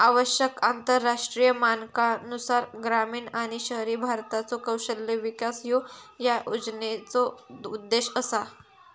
आवश्यक आंतरराष्ट्रीय मानकांनुसार ग्रामीण आणि शहरी भारताचो कौशल्य विकास ह्यो या योजनेचो उद्देश असा